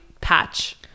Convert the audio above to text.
patch